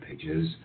pages